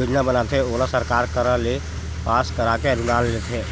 योजना बनाथे ओला सरकार करा ले पास कराके अनुदान लेथे